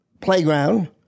playground